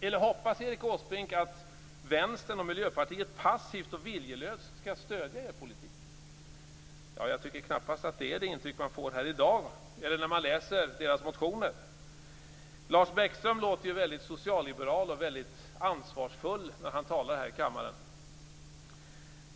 Eller hoppas Erik Åsbrink att Vänstern och Miljöpartiet passivt och viljelöst skall stödja er politik? Jag tycker knappast att det är det intrycket man får här i dag eller när man läser deras motioner. Lars Bäckström låter väldigt socialliberal och ansvarsfull när han talar här i kammaren.